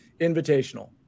Invitational